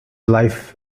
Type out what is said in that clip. life